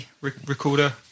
recorder